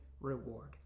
reward